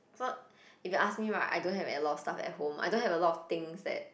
if you ask me right I don't have a lot of stuff at home I don't have a lot of things that